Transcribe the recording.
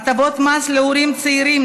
הטבות מס להורים צעירים,